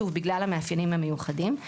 בגלל המאפיינים המיוחדים.